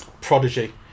prodigy